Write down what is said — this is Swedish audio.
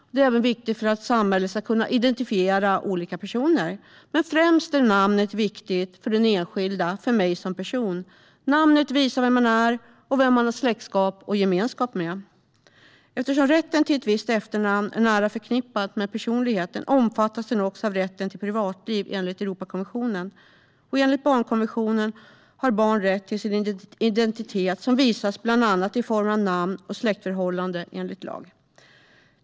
Det är även viktigt för att samhället ska kunna identifiera olika personer, men främst är namnet viktigt för den enskilda - för mig som person. Namnet visar vem man är och vem man har släktskap och gemenskap med. Eftersom rätten till ett visst efternamn är nära förknippad med personligheten omfattas den också av rätten till privatliv enligt Europakonventionen. Enligt barnkonventionen har barn rätt till sin identitet, som enligt lag visas bland annat i form av namn och släktförhållanden.